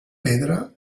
pedra